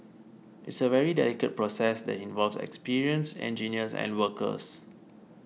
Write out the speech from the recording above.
it's a very delicate process that involves experienced engineers and workers